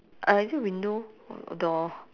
uh is it window or door